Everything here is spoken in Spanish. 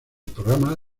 programa